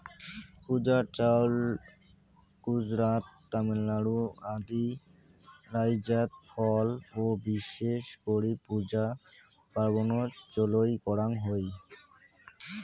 পূজার চাউল গুজরাত, তামিলনাড়ু আদি রাইজ্যত ফল ও বিশেষ করি পূজা পার্বনত চইল করাঙ হই